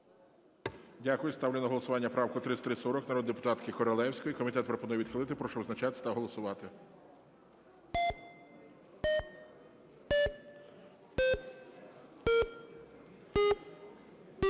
Дякую. Ставлю на голосування правку 3340 народної депутатки Королевської. Комітет пропонує відхилити. Прошу визначатись та голосувати.